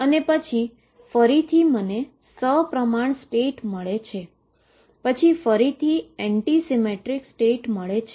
પછી મને ફરીથી સપ્રમાણ સ્ટેટ મળે છેપછીની સ્ટેટ એન્ટી સીમેટ્રીક સ્ટેટ હશે